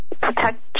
Protect